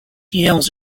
yields